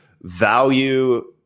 value